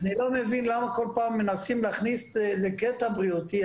אני לא מבין למה כל פעם מנסים להכניס קטע בריאותי.